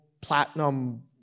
platinum